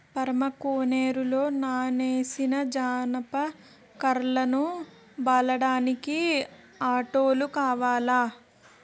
పారమ్మ కోనేరులో నానేసిన జనప కర్రలను ఒలడానికి ఆడోల్లు కావాల